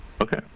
Okay